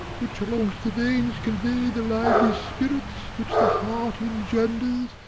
which alongst the veins convey the lively spirits which the heart engenders,